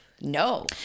no